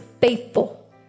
faithful